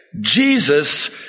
Jesus